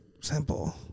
simple